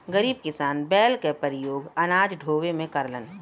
गरीब किसान बैल क परियोग अनाज ढोवे में करलन